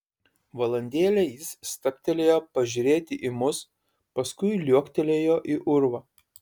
valandėlę jis stabtelėjo pažiūrėti į mus paskui liuoktelėjo į urvą